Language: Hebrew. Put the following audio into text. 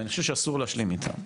ואני חושב שאסור להשלים איתן.